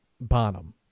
Bonham